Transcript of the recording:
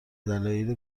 دلایل